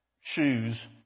shoes